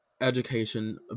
education